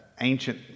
ancient